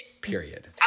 period